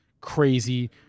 crazy